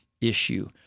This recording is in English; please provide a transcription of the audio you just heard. issue